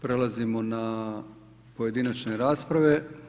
Prelazimo na pojedinačne rasprave.